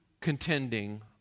contending